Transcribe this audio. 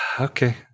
Okay